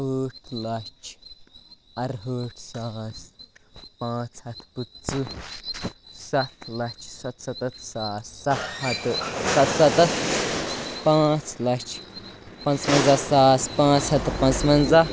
ٲٹھ لَچھ اَرہٲٹھ ساس پانٛژھ ہَتھ پٕنٛژٕہ سَتھ لَچھ سَتسَتَتھ ساس سَتھ ہَتھ سَتسَتَتھ پانٛژھ لَچھ پنٛژوَنزاہ ساس پانٛژھ ہَتھ تہٕ پانٛژوَنٛزاہ